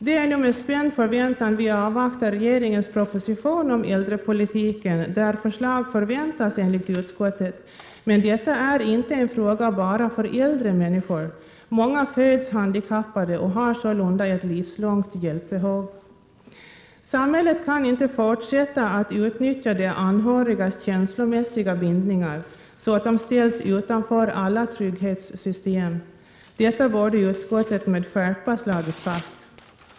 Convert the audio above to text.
Det är med spänd förväntan vi avvaktar regeringens proposition om äldrepolitiken, där förslag förväntas enligt utskottet, men detta är inte en fråga bara för äldre människor — många föds handikappade och har sålunda ett livslångt hjälpbehov. Samhället kan inte fortsätta att utnyttja de anhörigas känslomässiga bindningar, så att de ställs utanför alla trygghetssystem. Detta borde utskottet med skärpa ha slagit fast.